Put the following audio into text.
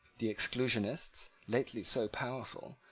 the exclusionists, lately so powerful,